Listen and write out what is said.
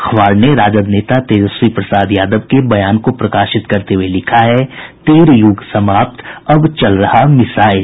अखबार ने राजद नेता तेजस्वी प्रसाद यादव के बयान को प्रकाशित करते हुये लिखा है तीर यूग समाप्त अब चल रहा मिसाईल